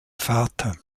vater